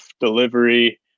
delivery